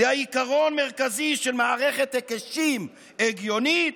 לעיקרון מרכזי של מערכת היקשים הגיונית,